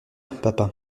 papa